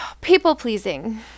people-pleasing